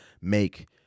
make